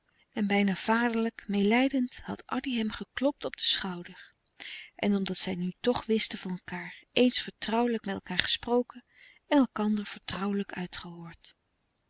en bijna vaderlijk meêlijdend had addy hem geklopt op den schouder en omdat zij nu toch wisten van elkaâr eens vertrouwelijk met elkaâr gesproken en elkander vertrouwelijk uitgehoord